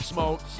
Smoke